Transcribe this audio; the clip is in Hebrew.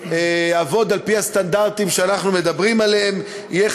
יעבוד על-פי הסטנדרטים שאנחנו מדברים עליהם יהיה